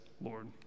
Lord